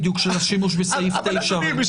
אבל אדוני,